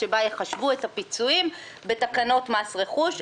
שבה ייחשבו את הפיצויים בתקנות מס רכוש.